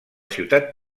ciutat